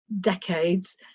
decades